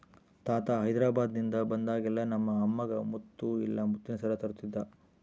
ತಾತ ಹೈದೆರಾಬಾದ್ನಿಂದ ಬಂದಾಗೆಲ್ಲ ನಮ್ಮ ಅಮ್ಮಗ ಮುತ್ತು ಇಲ್ಲ ಮುತ್ತಿನ ಸರ ತರುತ್ತಿದ್ದ